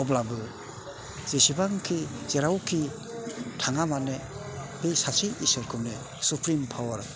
अब्लाबो जेसेबांखि जेरावखि थाङा मानो बे सासे इसोरखौनो सुप्रिम फावार